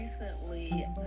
recently